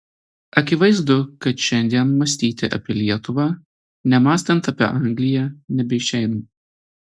akivaizdu kad šiandien mąstyti apie lietuvą nemąstant apie angliją nebeišeina